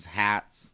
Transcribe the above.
hats